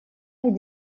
est